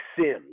Sims